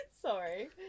Sorry